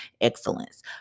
excellence